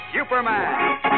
Superman